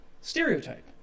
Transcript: stereotype